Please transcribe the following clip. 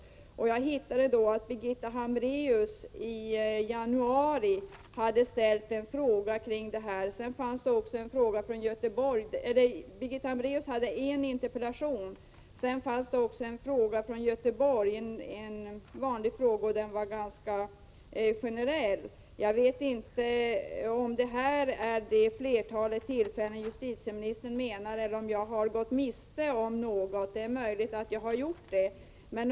Jag hittade då att Birgitta Hambraeus i januari hade framställt en interpellation kring detta. Det fanns också en fråga från Göteborg som var ganska generell. Jag vet inte om detta är det flertal tillfällen som justitieministern menar eller om jag har gått miste om något — det är möjligt att jag har gjort det.